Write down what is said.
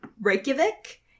Reykjavik